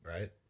Right